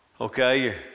Okay